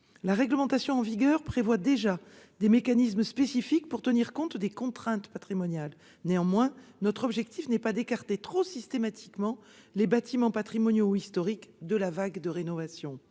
La réglementation en vigueur prévoit déjà des mécanismes spécifiques pour tenir compte des contraintes patrimoniales. Néanmoins notre objectif n'est pas d'écarter trop systématiquement les bâtiments patrimoniaux ou historiques de la vague de rénovation.